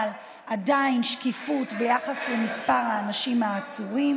אבל עדיין שקיפות ביחס למספר האנשים העצורים.